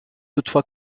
toutefois